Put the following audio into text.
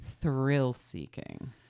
thrill-seeking